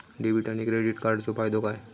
Debit आणि credit कार्डचो फायदो काय?